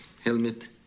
helmet